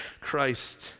Christ